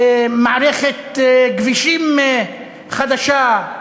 מערכת כבישים חדשה.